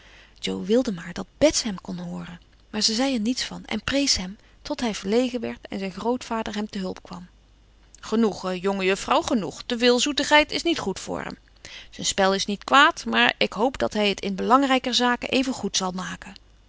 jo wilde maar dat bets hem kon hooren maar ze zei er niets van en prees hem tot hij verlegen werd en zijn grootvader hem te hulp kwam genoeg jongejuffrouw genoeg te veel zoetigheid is niet goed voor hem zijn spel is niet kwaad maar ik hoop dat hij het in belangrijker zaken evengoed zal maken